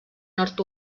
nord